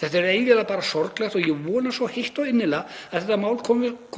Þetta er eiginlega bara sorglegt og ég vona svo heitt og innilega að þetta mál